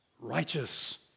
righteous